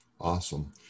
Awesome